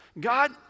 God